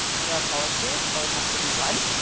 under our policy always has to be one.